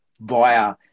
via